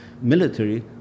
military